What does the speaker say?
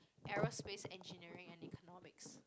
aerospace engineering and economics